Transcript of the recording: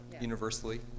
universally